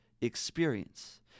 experience